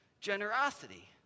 generosity